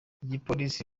igipolisi